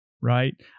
right